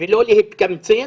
ולא להתקמצן,